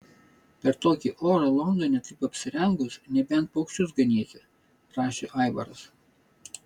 per tokį orą londone taip apsirengus nebent paukščius ganyti rašė aivaras